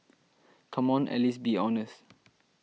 come on at least be honest